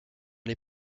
les